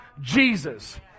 Jesus